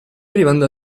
arrivando